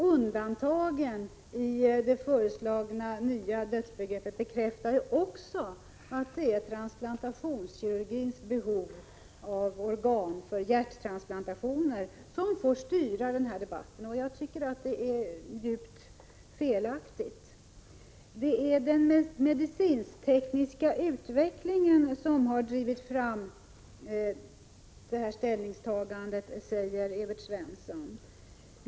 Undantagen i det föreslagna nya dödsbegreppet bekräftar också att det är transplantationskirurgins behov av organ för hjärttransplantationer som får styra debatten. Det är helt felaktigt. Det är den medicinsk-tekniska utvecklingen som har drivit fram ställningstagandet, säger Evert Svensson.